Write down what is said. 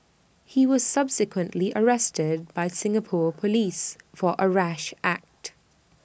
he was subsequently arrested by Singapore Police for A rash act